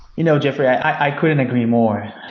you know jeffrey, i couldn't agree more.